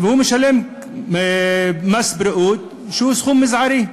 והוא משלם מס בריאות שהוא בסכום מזערי.